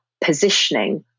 positioning